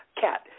cat